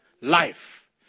life